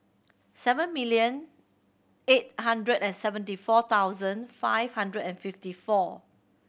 seven million eight hundred and seventy four thousand five hundred and fifty four